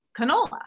canola